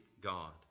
God